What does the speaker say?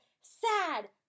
sad